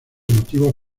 motivos